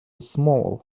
small